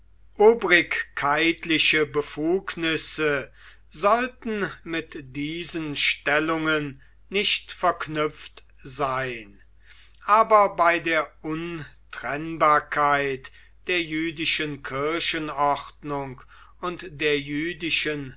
obrigkeitliche befugnisse sollten mit diesen stellungen nicht verknüpft sein aber bei der untrennbarkeit der jüdischen kirchenordnung und der jüdischen